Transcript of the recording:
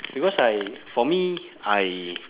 because I for me I